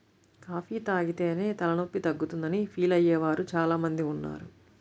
coffee తాగితేనే తలనొప్పి తగ్గుతుందని ఫీల్ అయ్యే వారు చాలా మంది ఉన్నారు